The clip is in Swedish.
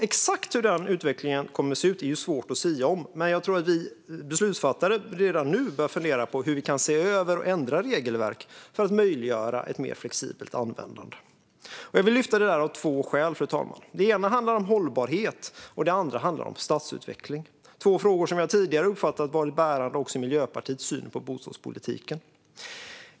Exakt hur denna utveckling kommer att se ut är svårt att sia om, men jag tror att vi beslutsfattare redan nu bör fundera på hur vi kan se över och ändra regelverk för att möjliggöra ett mer flexibelt användande. Jag vill lyfta fram detta av två skäl, fru talman. Det ena handlar om hållbarhet och det andra om stadsutveckling. Detta är två frågor som jag tidigare har uppfattat varit bärande också i Miljöpartiets syn på bostadspolitiken.